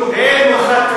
הן בחתונה,